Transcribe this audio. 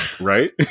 right